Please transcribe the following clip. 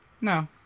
No